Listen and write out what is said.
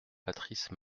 patrice